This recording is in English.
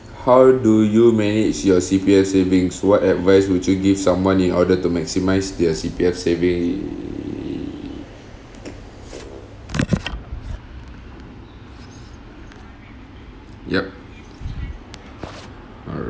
how do you manage your C_P_F savings what advice would you give someone in order to maximise their C_P_F saving yup alr~